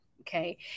Okay